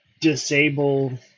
disable